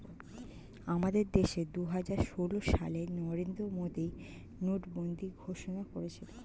আমাদের দেশে দুহাজার ষোল সালে নরেন্দ্র মোদী নোটবন্দি ঘোষণা করেছিল